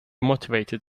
motivated